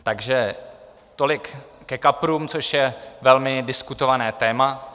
Takže tolik ke kaprům, což je velmi diskutované téma.